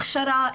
הכשרה,